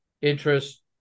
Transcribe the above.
interest